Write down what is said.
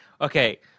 okay